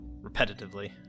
repetitively